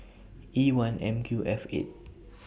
E one M Q F eight